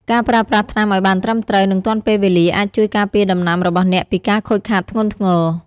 ការប្រើប្រាស់ថ្នាំឱ្យបានត្រឹមត្រូវ និងទាន់ពេលវេលាអាចជួយការពារដំណាំរបស់អ្នកពីការខូចខាតធ្ងន់ធ្ងរ។